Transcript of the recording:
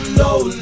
low